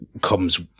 comes